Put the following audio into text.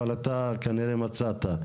אבל אתה כנראה מצאת.